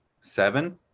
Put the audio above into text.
seven